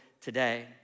today